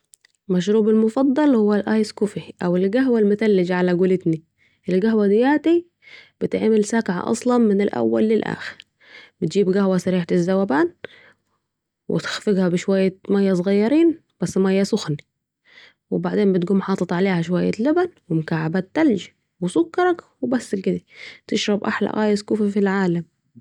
مشروبي المفضل هو الايس كوفي او القهوه المتلجه علي قولتنا القهوه دياتي بتتعمل ساقعه اصلا من الاول للاخر بتجيب قهوة سريعة الذوبان وتخفقها بشوية ميه صغيرين بس ميه سخنه وبعدين بتقوم حاطط عليها شوية لبن و مكعبات تلج و سكرك و بس كده تشرب احلي ايس كوفي في العالم